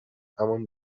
همان